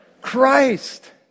Christ